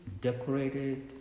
decorated